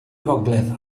gogledd